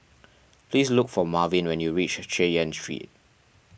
please look for Marvin when you reach Chay Yan Street